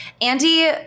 andy